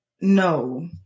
No